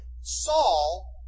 Saul